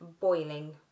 boiling